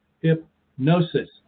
hypnosis